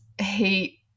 hate